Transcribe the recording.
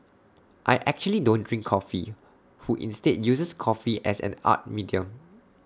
I actually don't drink coffee who instead uses coffee as an art medium